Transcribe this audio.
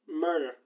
Murder